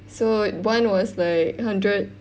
so one was like hundred